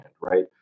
right